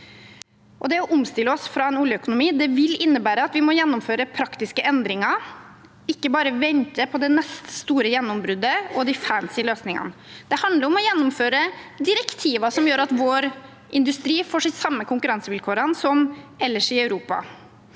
Det å omstille oss fra en oljeøkonomi vil innebære at vi må gjennomføre praktiske endringer, ikke bare vente på det neste store gjennombruddet og de fancy løsningene. Det handler om å gjennomføre direktiver som gjør at vår industri får de samme konkurransevilkårene som ellers i Europa.